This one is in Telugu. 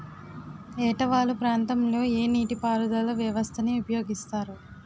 ఏట వాలు ప్రాంతం లొ ఏ నీటిపారుదల వ్యవస్థ ని ఉపయోగిస్తారు?